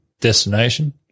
destination